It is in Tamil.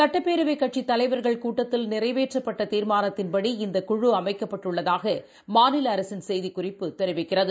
சட்டப்பேரவைகட்சித் தலைவர்கள் கூட்தத்தில் நிறைவேற்றப்பட்டதீர்மானத்தின்படி இந்த குழு அமைக்கப்பட்டுள்ளதாகமாநிலஅரசின் செய்திக்குறிப்பு தெரிவிக்கிறது